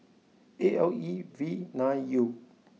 A L E V nine U